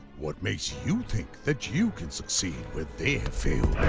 what makes you think, that you can succeed where they have failed?